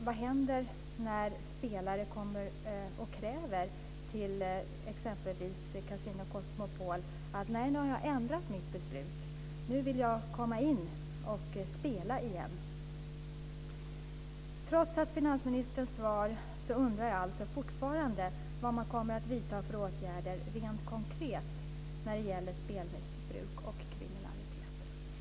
Vad händer när en spelare kommer till exempelvis Casino Cosmopol och kräver att få komma in och spela igen, eftersom han har ändrat sitt beslut? Trots finansministerns svar undrar jag fortfarande vad man kommer att vidta för åtgärder rent konkret när det gäller spelmissbruk och kriminalitet.